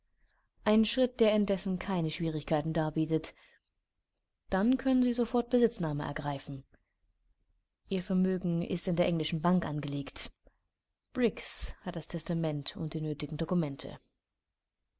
ein schritt der indessen keine schwierigkeiten darbietet dann können sie sofort besitznahme ergreifen ihr vermögen ist in der englischen bank angelegt briggs hat das testament und die nötigen dokumente